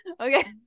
okay